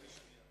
רבותי השרים,